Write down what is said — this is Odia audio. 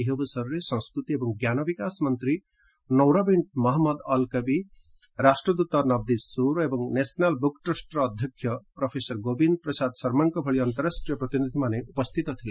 ଏହି ଅବସରରେ ସଂସ୍କୃତି ଏବଂ ଜ୍ଞାନ ବିକାଶ ମନ୍ତ୍ରୀ ନୌରାବିଣ୍କ୍ ମହମ୍ମଦ ଅଲ୍ କବି ରାଷ୍ଟ୍ରଦୃତ ନବଦୀପ ସୁରୀ ଏବଂ ନେସନାଲ ବୁକ୍ ଟ୍ରଷ୍ଟ ଅଧ୍ୟକ୍ଷ ପ୍ରଫେସର ଗୋବିନ୍ଦ ପ୍ରସାଦ ଶର୍ମାଙ୍କ ଭଳି ଅନ୍ତରାଷ୍ଟ୍ରୀୟ ପ୍ରତିନିଧିମାନେ ଉପସ୍ଥିତ ଥିଲେ